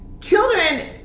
Children